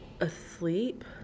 asleep